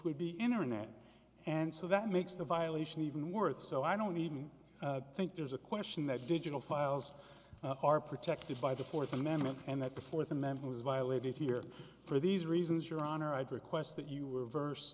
would be internet and so that makes the violation even worth so i don't even think there's a question that digital files are protected by the fourth amendment and that the fourth and then who is violated here for these reasons your honor i'd request that you were